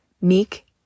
meek